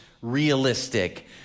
realistic